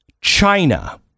China